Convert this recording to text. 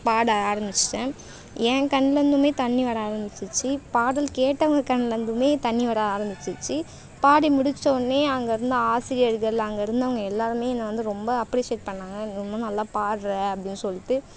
பாட ஆரமிச்சிவிட்டேன் என் கண்லருந்துமே தண்ணி வர ஆரமிச்சிருச்சி பாடல் கேட்டவங்க கண்லருந்துமே தண்ணி வர ஆரமிச்சிருச்சு பாடி முடிச்சவொன்னே அங்கேருந்த ஆசிரியர்கள் அங்கே இருந்தவங்க எல்லாருமே என்ன வந்து ரொம்ப அப்ரிஷியேட் பண்ணாங்க ரொம்ப நல்லா பாடுற அப்படின்னு சொல்லிட்டு